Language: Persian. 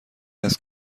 است